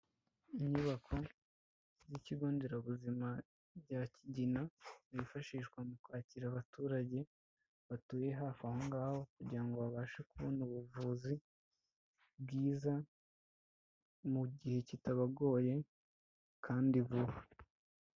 Inyubako y'ikigo nderabuzima bya kigina zifashishwa mu kwakira abaturage batuye hafi aho ngaho, kugirango ngo babashe kubona ubuvuzi bwiza mu gihe kitabagoye kandi vuba.